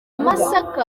masaka